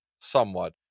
somewhat